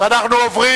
אנחנו עוברים